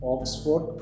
Oxford